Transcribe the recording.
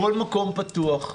הכול מקום פתוח.